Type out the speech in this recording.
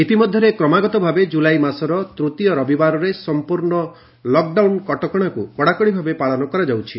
ଇତିମଧ୍ୟରେ କ୍ରମାଗତଭାବେ ଜୁଲାଇ ମାସର ତୃତୀୟ ରବିବାରରେ ସମ୍ପୂର୍ଣ୍ଣ ଲକ୍ଡାଉନକୁ କଡାକଡିଭାବେ ପାଳନ କରାଯାଉଛି